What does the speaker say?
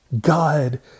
God